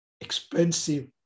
expensive